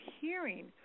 hearing